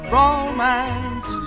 romance